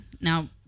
now